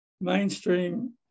mainstream